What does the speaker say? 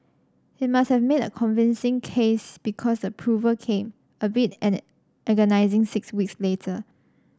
he must have made a convincing case because the approval came albeit an agonising six weeks later